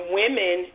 women